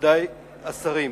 מכובדי השרים,